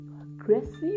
aggressive